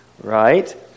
right